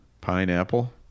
Pineapple